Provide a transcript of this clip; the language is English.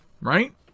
right